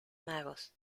magos